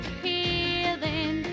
healing